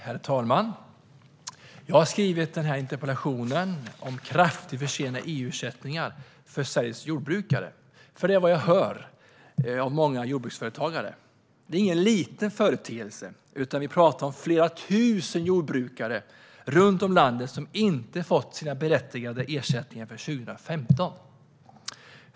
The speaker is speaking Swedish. Herr talman! Jag har skrivit denna interpellation om en kraftig försening av EU-ersättningar för Sveriges jordbrukare, för det är detta jag hör om av många jordbruksföretagare. Det handlar inte om någon liten företeelse, utan vi talar om flera tusen jordbrukare runt om i landet som inte har fått de ersättningar för 2015 som de är berättigade till.